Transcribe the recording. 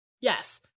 yes